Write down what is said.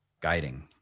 guiding